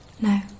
No